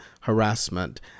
harassment